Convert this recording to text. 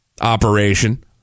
operation